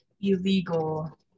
illegal